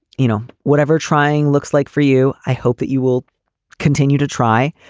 you know, whatever trying looks like for you, i hope that you will continue to try.